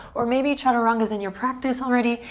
or maybe chaturanga is in your practice already.